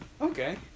Okay